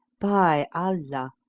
by allah,